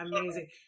Amazing